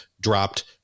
dropped